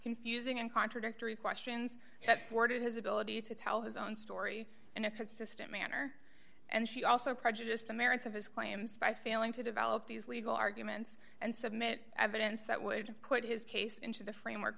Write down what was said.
confusing and contradictory questions that bordered his ability to tell his own story in a consistent manner and she also prejudiced the merits of his claims by failing to develop these legal arguments and submit evidence that would put his case into the framework